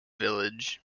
village